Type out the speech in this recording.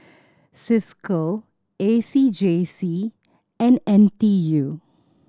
Cisco A C J C and N T U